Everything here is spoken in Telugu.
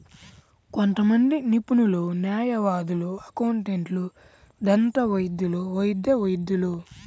కొంతమంది నిపుణులు, న్యాయవాదులు, అకౌంటెంట్లు, దంతవైద్యులు, వైద్య వైద్యులు